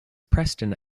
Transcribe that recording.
preston